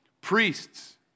priests